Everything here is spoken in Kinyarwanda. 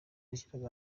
yashyiraga